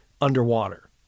underwater